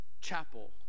chapel